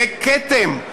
זה כתם,